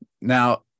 Now